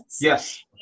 yes